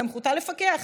שבסמכותה לפקח,